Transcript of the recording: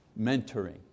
mentoring